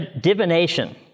divination